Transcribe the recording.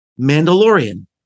Mandalorian